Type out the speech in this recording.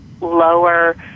lower